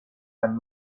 and